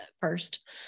first